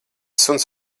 suns